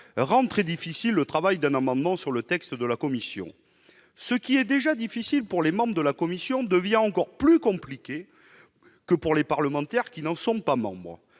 rendent très difficile le travail d'amendement sur le texte de la commission. Ce qui est déjà difficile pour les membres de la commission devient encore plus compliqué pour les parlementaires qui n'en sont pas membres.